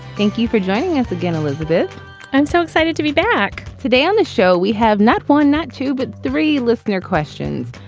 thank you for joining us again, elizabeth i'm so excited to be back today on the show. we have not one, not two, but three listener questions.